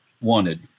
wanted